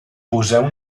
poseu